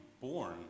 born